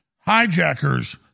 hijackers